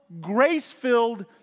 grace-filled